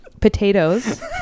potatoes